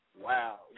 wow